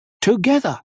Together